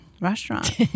restaurant